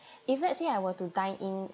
if let's say I were to dine in